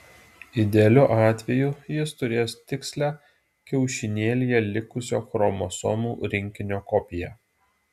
idealiu atveju jis turės tikslią kiaušinėlyje likusio chromosomų rinkinio kopiją